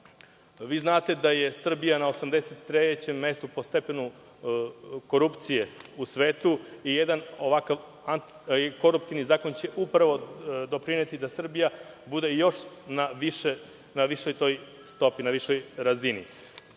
Vi znate da je Srbija na 83 mestu po stepenu korupcije u svetu i jedan ovakav koruptivni zakon će upravo doprineti da Srbija bude još na višoj stopi, na višoj razini. Pričamo